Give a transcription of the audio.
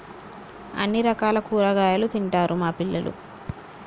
అన్ని రకాల కూరగాయలు తింటారు మా పిల్లలు